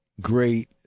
great